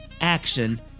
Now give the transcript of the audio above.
action